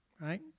right